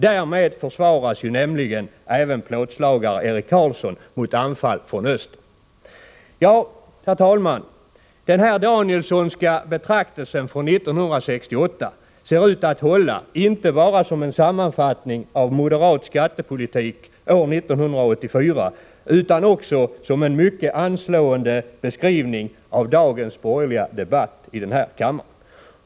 Därmed försvaras ju nämligen även plåtslagare Erik Karlsson mot anfall från öster.” Ja, herr talman, den här Danielssonska betraktelsen från år 1968 ser ut att hålla inte bara som en sammanfattning av moderat skattepolitik år 1984 utan också som en mycket anslående beskrivning av dagens borgerliga debatt i den här kammaren.